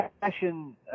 Passion